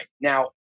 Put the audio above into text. Now